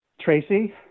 Tracy